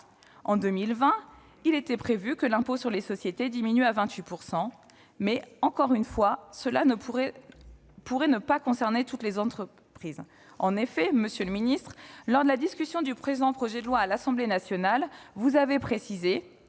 En 2020, il était prévu que l'impôt sur les sociétés diminuerait à 28 %, mais, encore une fois, cela pourrait ne pas concerner toutes les entreprises. Monsieur le ministre, lors de la discussion du présent projet de loi à l'Assemblée nationale, vous avez déclaré